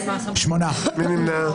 מי נמנע?